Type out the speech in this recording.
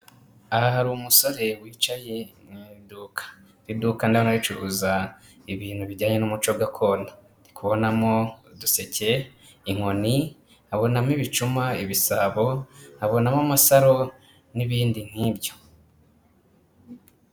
Aha hari umusore wicaye mu iduka, iri duka ndabona ricuruza ibintu bijyanye n'umuco gakondo, ndi kubonamo uduseke, inkoni, nkabonamo ibicuma, ibisabo, nkabonamo amasaro, n'ibindi nk'ibyo.